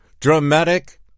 Dramatic